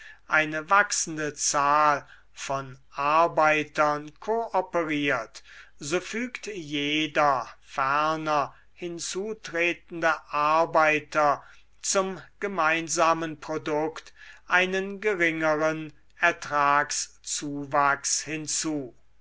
eine wachsende zahl von arbeitern kooperiert so fügt jeder ferne hinzutretende arbeiter zum gemeinsamen produkt einen geringerer ertragszuwachs hinzu